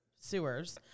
sewers